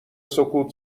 سکوت